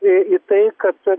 į tai kad